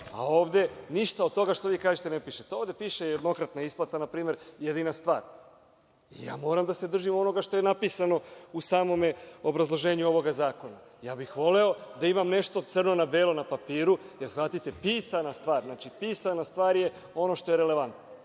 a ovde ništa od toga što vi kažete ne piše. Ovde piše jednokratna isplata, to je jedina stvar. Moram da se držim onoga što je napisano u samom obrazloženju ovog zakona. Voleo bih da imam nešto crno na belo na papiru, jer shvatite, pisana stvar to je ono što je relevantno.